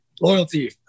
Loyalty